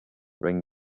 ring